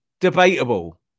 debatable